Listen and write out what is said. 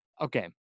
okay